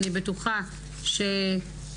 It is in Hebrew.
אני בטוחה שסאיד,